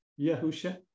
Yahusha